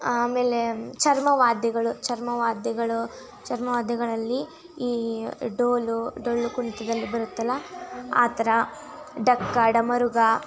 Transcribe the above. ಆಮೇಲೆ ಚರ್ಮವಾದ್ಯಗಳು ಚರ್ಮವಾದ್ಯಗಳು ಚರ್ಮವಾದ್ಯಗಳಲ್ಲಿ ಈ ಢೋಲು ಡೊಳ್ಳು ಕುಣಿತದಲ್ಲಿ ಬರುತ್ತಲ್ಲ ಆ ಥರ ಢಕ್ಕೆ ಡಮರುಗ